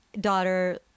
daughter